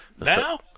Now